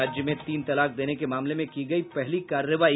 राज्य में तीन तलाक देने के मामले में की गयी पहली कार्रवाई